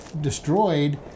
destroyed